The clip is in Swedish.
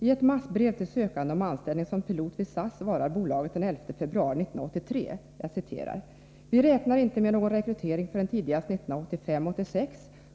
I ett massorev till sökande om anställning som pilot vid SAS svarar bolaget den 11 februari 1983: ”Vi räknar inte med någon rekrytering förrän tidigast 1985/86.